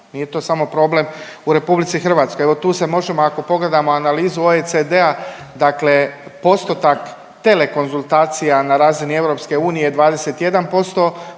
nije to samo problem u RH. Evo tu se možemo ako pogledamo analizu OECD-a dakle postotak tele konzultacija na razini EU je 21%,